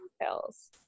details